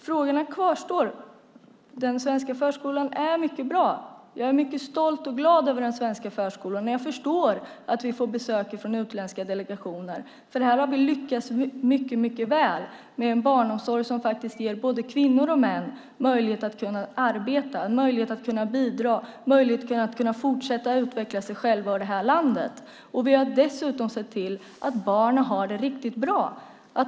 Frågorna kvarstår. Den svenska förskolan är mycket bra. Jag är mycket stolt och glad över den svenska förskolan. Jag förstår att vi får besök från utländska delegationer, för vi har lyckats mycket väl med en barnomsorg som ger både kvinnor och män möjlighet att arbeta, möjlighet att bidra, möjlighet att fortsätta att utveckla sig själva och det här landet. Vi har dessutom sett till att barnen har det riktigt bra.